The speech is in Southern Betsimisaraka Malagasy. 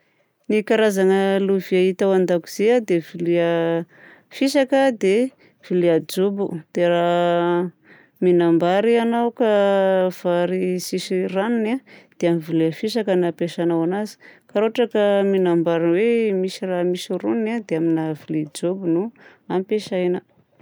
Ny karazagna lovia hita ao an-dakozia dia: vilia fisaka, dia vilia jobo. Dia raha mihinam-bary ianao ka vary tsisy ranony a dia vilia fisaka no ampiasainao anazy. Fa raha ohatra ka mihinam-bary hoe misy rano- roniny a dia aminao vilia jobo no ampiasaina.